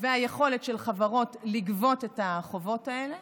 והיכולת של חברות לגבות את החובות האלה,